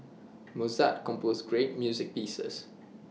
Mozart composed great music pieces